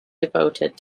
devoted